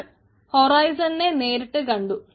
നമ്മൾ ഹൊറൈസനെ നേരത്തെ കണ്ടു